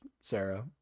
Sarah